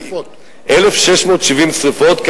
1,670 שרפות,